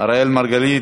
אראל מרגלית,